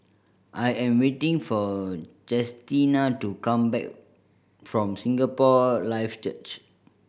I am waiting for Chestina to come back from Singapore Life Church